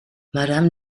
madame